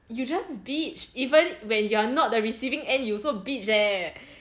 you just bitch even when you're not the receiving end you also bitch leh